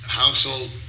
household